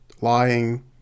lying